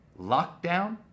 lockdown